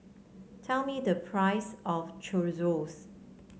tell me the price of Chorizos